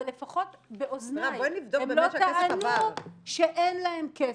אבל לפחות באוזניי הם לא טענו שאין להם כסף.